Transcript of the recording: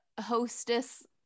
Hostess